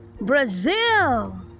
brazil